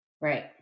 right